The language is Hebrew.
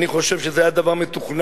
אני חושב שזה היה דבר מתוכנן.